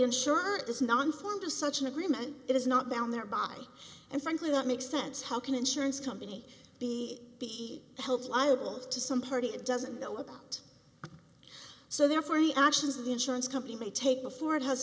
insurer is non form to such an agreement it is not bound thereby and frankly that makes sense how can insurance company b be held liable to some party it doesn't know about so therefore any actions of the insurance company may take before it has